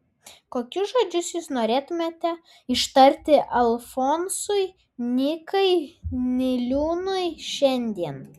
kokius žodžius jūs norėtumėte ištarti alfonsui nykai niliūnui šiandien